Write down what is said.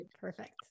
Perfect